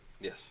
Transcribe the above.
Yes